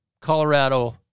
Colorado